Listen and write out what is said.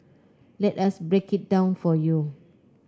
let us break it down for you